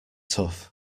tough